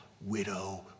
widow